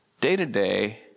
day-to-day